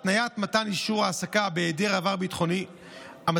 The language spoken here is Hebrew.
1. התניית מתן אישור העסקה בהיעדר עבר ביטחוני המצביע